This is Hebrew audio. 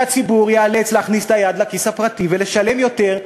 שהציבור ייאלץ להכניס את היד לכיס הפרטי ולשלם יותר,